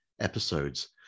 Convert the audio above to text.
episodes